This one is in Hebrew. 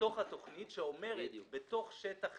-- בתוך התוכנית שאומרת: בתוך שטח